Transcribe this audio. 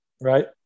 Right